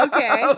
Okay